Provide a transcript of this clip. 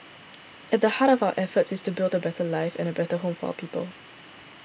at the heart of our efforts is to build a better life and a better home for our people